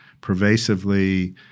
pervasively